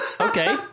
Okay